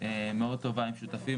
ודאי.